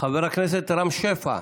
חבר הכנסת רם שפע,